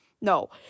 no